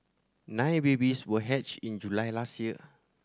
nine babies were hatched in July last year